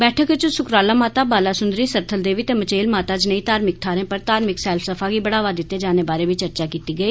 बैठक च सुकराला माता बाला सुंदरी सरथल देवी ते मचेल माता जनेही धार्मिक थाहरें पर धार्मिक सैलसफा गी बढ़ावा दित्ते जाने बारै बी चर्चा कीती गेई